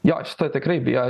jo šito tikrai bijo